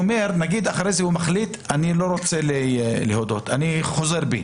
ואחרי זה הוא מחליט שהוא לא רוצה להודות והוא חוזר בו,